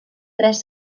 tres